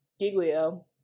Giglio